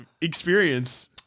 experience